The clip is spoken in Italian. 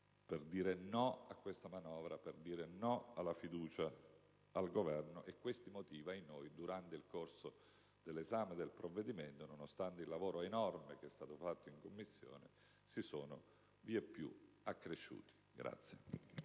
per dire no a questa manovra, per dire no alla fiducia al Governo. Questi motivi durante il corso dell'esame del provvedimento, nonostante il lavoro enorme compiuto in Commissione, si sono vieppiù accresciuti.